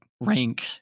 rank